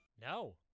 no